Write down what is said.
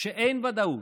כשאין ודאות,